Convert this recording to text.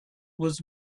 was